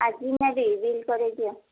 ଆଜି ନେବି ବିଲ୍ କରାଇ ଦିଅ